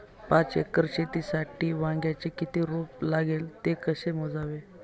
पाच एकर शेतीसाठी वांग्याचे किती रोप लागेल? ते कसे मोजावे?